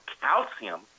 calcium